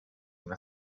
una